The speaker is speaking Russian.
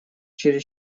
через